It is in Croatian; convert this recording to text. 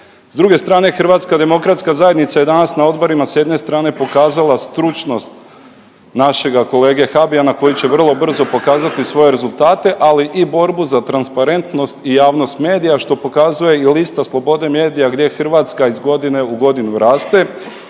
S druge strane Hrvatska demokratska zajednica je danas na odborima sa jedne strane pokazala stručnost našega kolege Habijana koji će vrlo brzo pokazati svoje rezultate, ali i borbu za transparentnost i javnost medija što pokazuje i lista slobode medija gdje Hrvatska iz godine u godinu raste.